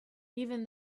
even